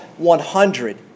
100